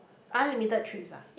unlimited trips ah